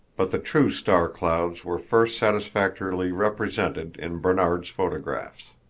but the true star-clouds were first satisfactorily represented in barnard's photographs.